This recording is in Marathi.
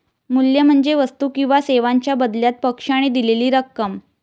मूल्य म्हणजे वस्तू किंवा सेवांच्या बदल्यात पक्षाने दिलेली रक्कम